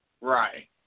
Right